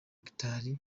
guitar